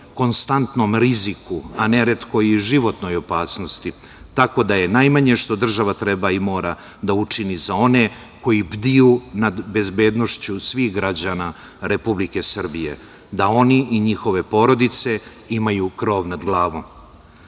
konstantnom riziku, a neretko i životnoj opasnosti, tako da je najmanje što država treba i mora da učini za one koji bdiju nad bezbednošću svih građana Republike Srbije da oni i njihove porodice imaju krov nad glavom. Ovakav